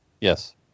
Yes